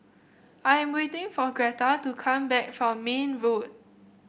I am waiting for Greta to come back from Mayne Road